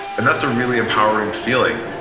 and that's a really empowering feeling.